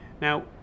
Now